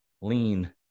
lean